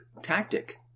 tactic